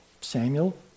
Samuel